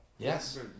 Yes